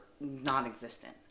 non-existent